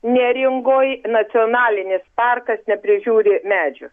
neringoj nacionalinis parkas neprižiūri medžių